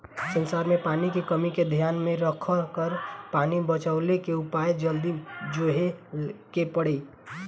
संसार में पानी के कमी के ध्यान में रखकर पानी बचवले के उपाय जल्दी जोहे के पड़ी